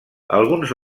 alguns